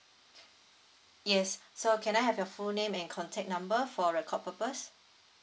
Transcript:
yes so can I have your full name and contact number for record purpose